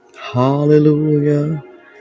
hallelujah